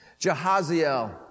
Jehaziel